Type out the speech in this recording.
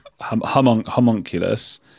homunculus